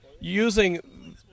using